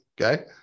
Okay